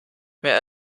mehr